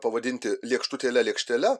pavadinti lėkštutėle lėkštele